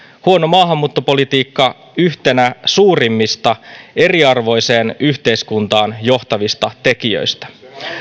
huono maahanmuuttopolitiikka yhtenä suurimmista eriarvoiseen yhteiskuntaan johtavista tekijöistä